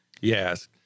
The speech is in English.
Yes